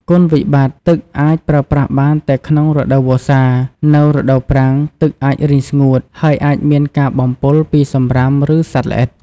គុណវិបត្តិ ទឹកអាចប្រើប្រាស់បានតែក្នុងរដូវវស្សា។ នៅរដូវប្រាំង ទឹកអាចរីងស្ងួត ហើយអាចមានការបំពុលពីសំរាម ឬសត្វល្អិត។